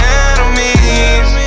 enemies